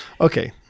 Okay